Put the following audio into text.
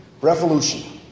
revolution